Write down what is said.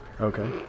Okay